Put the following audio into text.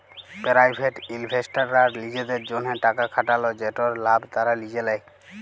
private ইলভেস্টাররা লিজেদের জ্যনহে টাকা খাটাল যেটর লাভ তারা লিজে লেই